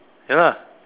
ya lah